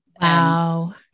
Wow